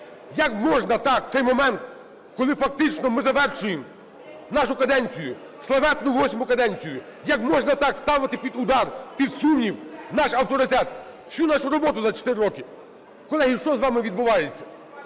Як можна так в цей момент, коли, фактично, ми завершуємо нашу каденцію, славетну восьму каденцію, як можна так ставити під удар, під сумнів наш авторитет, всю нашу роботу за 4 роки? Колеги, що з вами відбувається?